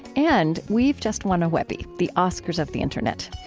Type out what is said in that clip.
and we've just won a webby, the oscars of the internet.